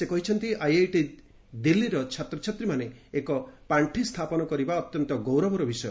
ସେ କହିଛନ୍ତି ଆଇଆଇଟି ଦିଲ୍ଲୀର ଛାତ୍ରଛାତ୍ରୀମାନେ ଏକ ପାର୍ଷି ସ୍ଥାପନ କରିବା ଅତ୍ୟନ୍ତ ଗୌରବର ବିଷୟ